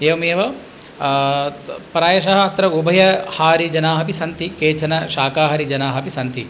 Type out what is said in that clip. एवमेव प्रायशः अत्र उभयहारी जनाः अपि सन्ति केचन शाकाहारी जनाः अपि सन्ति